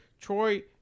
Troy